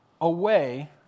away